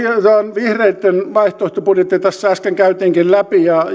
vihreitten vaihtoehtobudjetti tässä äsken käytiinkin läpi ja